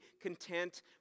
content